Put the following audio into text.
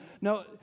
no